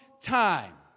time